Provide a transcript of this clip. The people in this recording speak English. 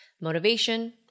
motivation